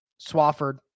Swafford